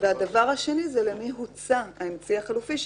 הדבר השני הוא למי הוצע האמצעי החלופי.